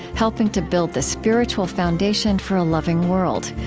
helping to build the spiritual foundation for a loving world.